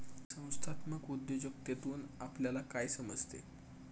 संस्थात्मक उद्योजकतेतून आपल्याला काय समजते?